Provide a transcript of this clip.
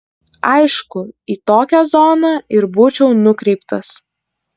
aišku į tokią zoną ir būčiau nukreiptas